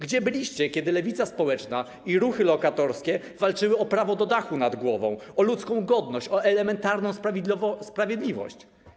Gdzie byliście, kiedy lewica społeczna i ruchy lokatorskie walczyły o prawo do dachu nad głową, o ludzką godność, o elementarną sprawiedliwość?